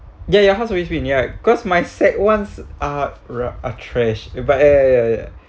ya your house always win ya cause my sec ones are are are trash but ya ya ya ya